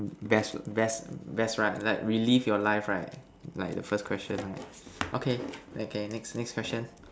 best best best right like relive your life right like the first question right okay okay next next question